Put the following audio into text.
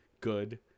good